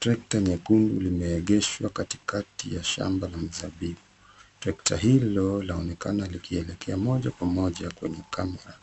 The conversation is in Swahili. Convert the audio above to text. Trekta nyekundu limeegeshwa katikati ya shamba la mizabibu. Trekta hilo laonekana likielekea moja kwa moja kwenye kamera,